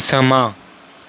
ਸਮਾਂ